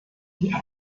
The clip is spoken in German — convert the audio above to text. die